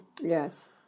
Yes